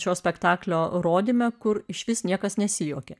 šio spektaklio rodyme kur išvis niekas nesijuokė